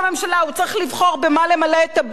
הוא צריך לבחור במה למלא את הבור.